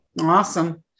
awesome